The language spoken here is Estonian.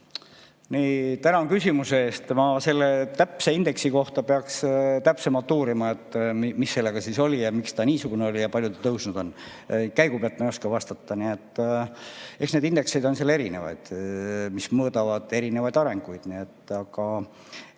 olla? Tänan küsimuse eest! Ma selle täpse indeksi kohta peaks täpsemalt uurima, mis sellega siis oli ja miks ta niisugune oli ja palju ta tõusnud on. Käigupealt ma ei oska vastata. Eks neid indekseid on seal erinevaid, mis mõõdavad erinevaid asju. Aga